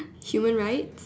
human rights